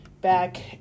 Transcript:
back